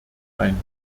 ein